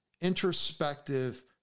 introspective